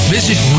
Visit